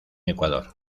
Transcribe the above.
ecuador